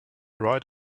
right